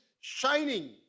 shining